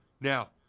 Now